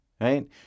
right